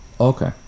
Okay